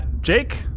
Jake